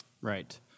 Right